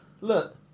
look